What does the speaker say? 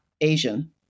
Asian